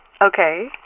Okay